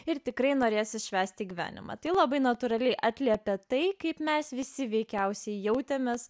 ir tikrai norėsis švęsti gyvenimą tai labai natūraliai atliepia tai kaip mes visi veikiausiai jautėmės